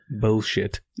bullshit